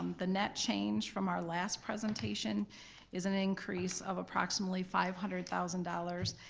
um the net change from our last presentation is an increase of approximately five hundred thousand dollars.